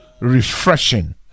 refreshing